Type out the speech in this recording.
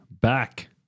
back